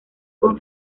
con